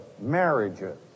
marriages